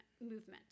movement